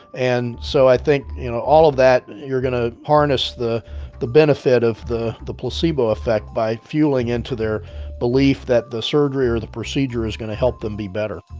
and so i think, you know, all of that you're going to harness the the benefit of the the placebo effect by fueling into their belief that the surgery or the procedure is going to help them be better